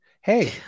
Hey